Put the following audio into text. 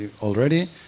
Already